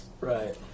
Right